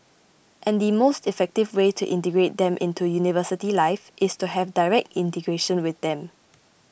and the most effective way to integrate them into university life is to have direct integration with them